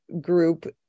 group